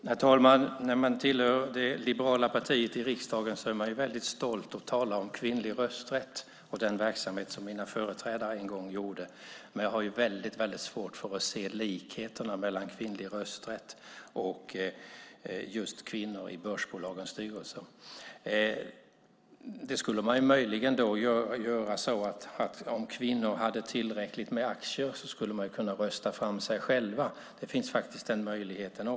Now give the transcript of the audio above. Herr talman! När man tillhör det liberala partiet i riksdagen är man väldigt stolt att tala om kvinnlig rösträtt och den verksamhet som mina företrädare en gång gjorde. Men jag har väldigt svårt att se likheterna mellan kvinnlig rösträtt och kvinnor i börsbolagens styrelser. Om kvinnor hade tillräckligt med aktier skulle man möjligen kunna rösta fram sig själva. Det finns faktiskt den möjligheten.